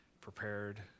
prepared